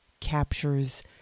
captures